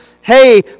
hey